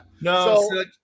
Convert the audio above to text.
No